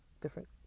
different